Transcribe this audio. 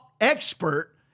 expert